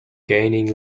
gaining